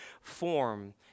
form